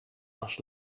pas